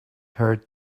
heard